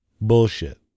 Bullshit